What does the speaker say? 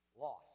loss